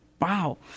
wow